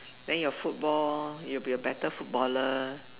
then your football you'll be a better footballer